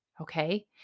okay